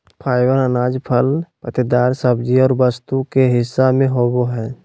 fibre अनाज, फल पत्तेदार सब्जी और वस्तु के हिस्सा में होबो हइ